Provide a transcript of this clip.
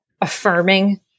affirming